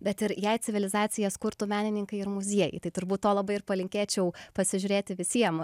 bet ir jei civilizacijas kurtų menininkai ir muziejai tai turbūt to labai ir palinkėčiau pasižiūrėti visiems